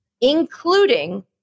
Including